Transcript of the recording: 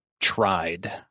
tried